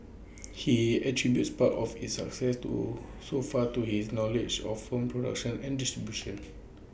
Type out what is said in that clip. he attributes part of its success to so far to his knowledge of form production and distribution